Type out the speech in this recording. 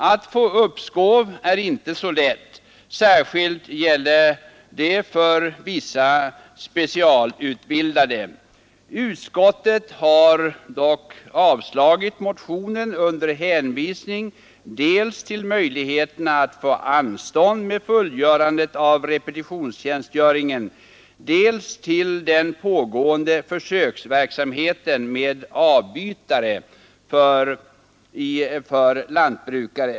Att få uppskov är inte så lätt; särskilt gäller detta för vissa specialutbildade värnpliktiga. Utskottet har avstyrkt motionen under hänvisning dels till möjligheterna att få anstånd med fullgörandet av repetitionsövningen, dels till den pågående försöksverksamheten med avbytare för lantbrukare.